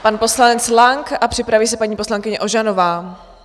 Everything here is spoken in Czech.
Pan poslanec Lang a připraví se paní poslankyně Ožanová.